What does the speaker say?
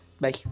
Bye